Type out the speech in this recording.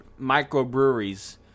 microbreweries